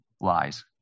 Lies